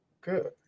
Good